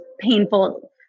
painful